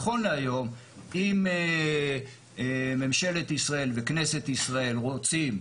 אם ממשלת ישראל וכנסת ישראל רוצים,